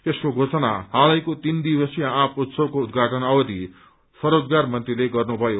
यसको घोषणा हालैको तीन दिवसीय आँप उत्सवको उद्घाटन अवधि स्वरोजगार मन्त्रीले गर्नुभयो